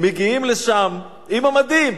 מגיעים לשם עם המדים,